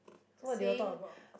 so what did you all talk about